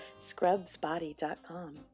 scrubsbody.com